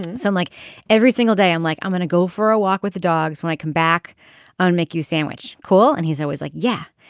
so i'm like every single day i'm like i'm going to go for a walk with the dogs when i come back on make your sandwich cool. and he's always like yeah.